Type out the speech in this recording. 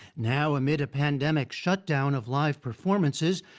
now, amid a pandemic shutdown of live performances,